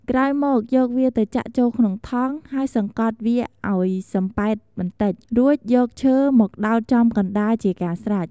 ក្រោយមក យកវាទៅចាក់ចូលក្នុងថង់ ហើយសង្កត់វាអោយសម្ពែតបន្តិច រួចយកឈើមកដោតចំកណ្ដាលជាកាស្រេច។